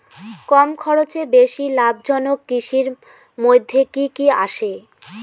কম খরচে বেশি লাভজনক কৃষির মইধ্যে কি কি আসে?